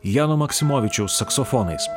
jano maksimovičiaus saksofonais